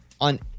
on